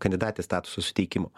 kandidatės statuso suteikimo